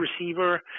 receiver